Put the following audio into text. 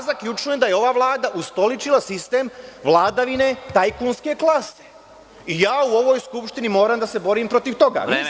Zaključujem da je ova Vlada ustoličila sistem vladavine tajkunske klase i ja u ovoj Skupštini moram da se borim protiv toga.